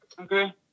okay